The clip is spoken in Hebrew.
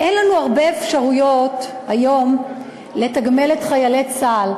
אין לנו הרבה אפשרויות היום לתגמל את חיילי צה"ל.